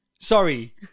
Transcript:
Sorry